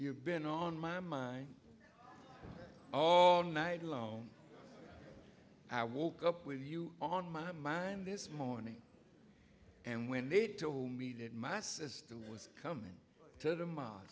have been on my mind all night alone i woke up with you on my mind this morning and when they told me that my sister was coming to the